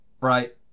Right